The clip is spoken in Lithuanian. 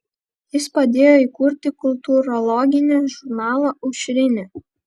jis padėjo įkurti kultūrologinį žurnalą aušrinė